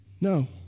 No